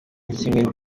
kimwe